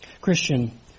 Christian